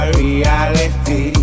reality